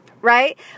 right